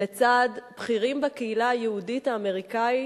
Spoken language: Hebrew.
לצד בכירים בקהילה היהודית האמריקנית,